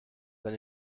wenn